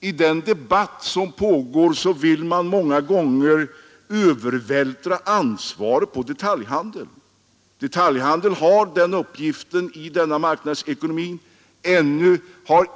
I den debatt som pågår vill man många gånger övervältra ansvaret på detaljhandeln.